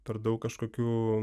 per daug kažkokių